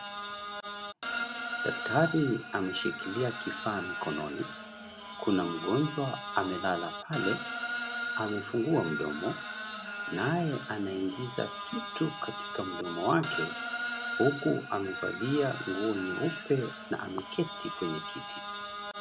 Daktari ameshikilia kifaa mkononi. Kuna mgonjwa amelala pale, amefungua mdomo, naye anaingiza kitu katika mdomo wake, huku amevalia nguo nyeupe na ameketi kwenye kiti.